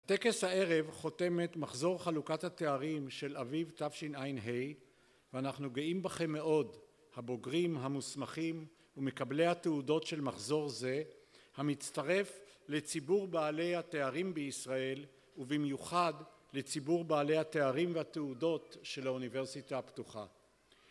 הטקס הערב חותם את מחזור חלוקת התארים של אביב תשע"ה ואנחנו גאים בכם מאוד- הבוגרים, המוסמכים ומקבלי התעודות של מחזור זה, המצטרף לציבור בעלי התארים בישראל ובמיוחד לציבור בעלי התארים והתעודות של האוניברסיטה הפתוחה